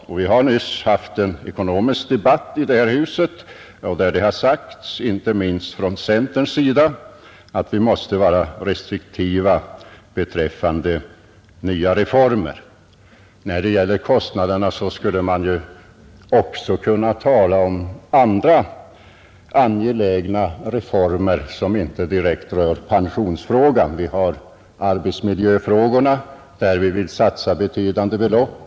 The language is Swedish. Vi har helt nyligen i detta hus fört en ekonomisk debatt, där det inte minst från centerns sida har framhållits att vi mäste vara restriktiva med nya reformer. Vi har ju annars önskemål om reformer som inte direkt rör pensionsfrågan, t.ex. arbetsmiljöfrågorna. Där vill vi satsa betydande belopp.